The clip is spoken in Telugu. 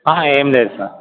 ఏం లేదు సార్